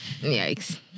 Yikes